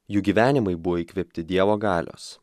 jų gyvenimai buvo įkvėpti dievo galios